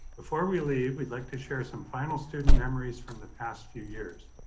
before we leave, we'd like to share some final student memories from the past few years.